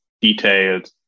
detailed